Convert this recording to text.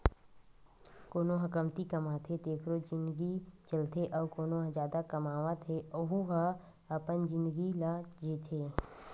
कोनो ह कमती कमाथे तेखरो जिनगी चलथे अउ कोना ह जादा कमावत हे वहूँ ह अपन जिनगी ल जीथे